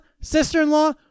sister-in-law